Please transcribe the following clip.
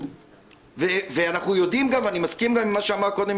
אני חושב שזה לא נכון.